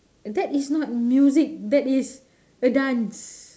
that is not music that is a dance